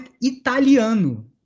italiano